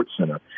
SportsCenter